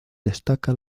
destaca